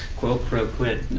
quo pro quid.